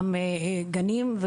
גנים,